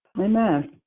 Amen